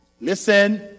Listen